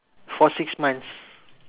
for six months